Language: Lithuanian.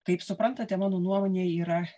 kaip suprantate mano nuomonė yra